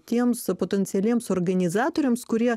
tiems potencialiems organizatoriams kurie